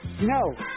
No